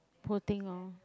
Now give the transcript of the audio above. poor thing lor